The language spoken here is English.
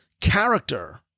character